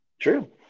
true